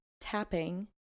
tapping